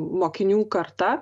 mokinių karta